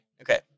Okay